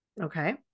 Okay